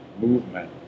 movement